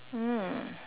mm